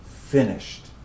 finished